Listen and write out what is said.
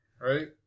Right